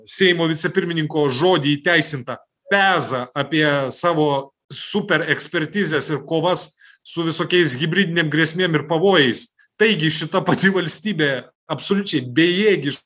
seimo vicepirmininko žodį įteisintą peza apie savo super ekspertizes ir kovos su visokiais hibridinėm grėsmėm ir pavojais taigi šita pati valstybė absoliučiai bejėgiš